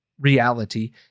reality